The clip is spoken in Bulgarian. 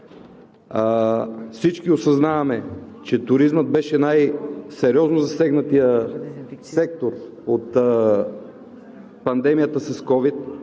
всички осъзнаваме, че туризмът беше най-сериозно засегнатият сектор от пандемията с COVID,